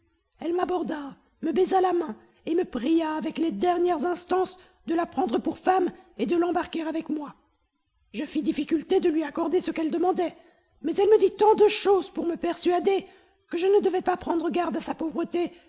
elle m'aborda me baisa la main et me pria avec les dernières instances de la prendre pour femme et de l'embarquer avec moi je fis difficulté de lui accorder ce qu'elle demandait mais elle me dit tant de choses pour me persuader que je ne devais pas prendre garde à sa pauvreté